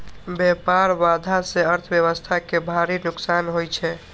व्यापार बाधा सं अर्थव्यवस्था कें भारी नुकसान होइ छै